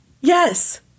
Yes